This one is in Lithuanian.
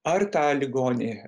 ar tą ligonį